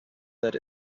that